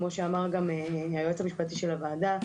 כמו שאמר גם היועץ המשפטי של הוועדה,